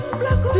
black